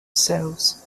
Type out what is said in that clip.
cells